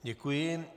Děkuji.